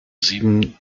sieben